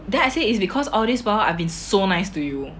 then I say it's because all this while I have been so nice to you